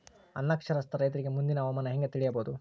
ಅನಕ್ಷರಸ್ಥ ರೈತರಿಗೆ ಮುಂದಿನ ಹವಾಮಾನ ಹೆಂಗೆ ತಿಳಿಯಬಹುದು?